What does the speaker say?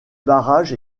barrage